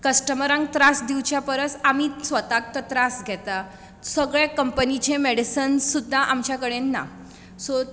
कस्टमरांक त्रास दिवच्या परस आमीच स्वताक तो त्रास घेतात सगळे कंपनीचें मेडिसन सुद्दां आमचे कडेन ना सो